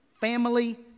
family